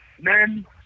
Men